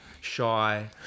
shy